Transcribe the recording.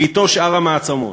ואתו שאר המעצמות.